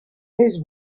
his